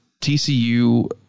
TCU